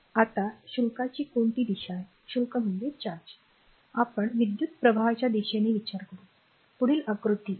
आता शुल्काची कोणती दिशा आहे आपण विद्युत प्रवाहाच्या दिशेचा विचार करू पुढील आकृती १